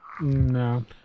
No